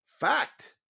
Fact